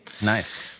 Nice